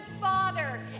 father